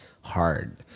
hard